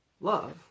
love